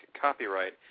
copyright